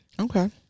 Okay